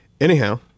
Anyhow